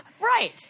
Right